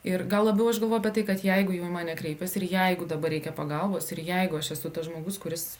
ir gal labiau aš galvojau apie tai kad jeigu jau į mane kreipėsi ir jeigu dabar reikia pagalbos ir jeigu aš esu tas žmogus kuris